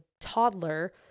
toddler